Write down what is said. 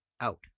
out